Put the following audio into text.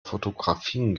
fotografien